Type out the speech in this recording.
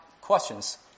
questions